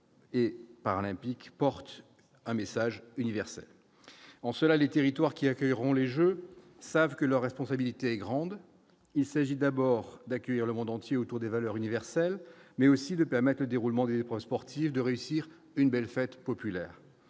et paralympiques porte un message universel en cela les territoires qui accueilleront les Jeux savent que leur responsabilité est grande, il s'agit d'abord d'accueillir le monde entier autour des valeurs universelles, mais aussi le permette le déroulement des preuves sportive de réussir une belle fête populaire,